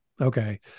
Okay